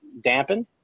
dampened